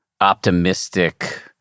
optimistic